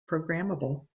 programmable